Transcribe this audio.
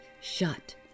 shut